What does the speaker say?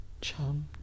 Chum